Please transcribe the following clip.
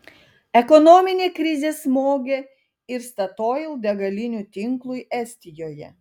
ekonominė krizė smogė ir statoil degalinių tinklui estijoje